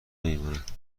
نمیماند